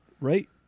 right